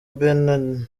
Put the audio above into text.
mbanenande